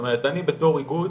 אני בתור איגוד